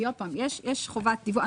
יש חובת דיווח.